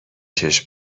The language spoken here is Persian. چشم